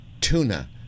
tuna